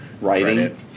Writing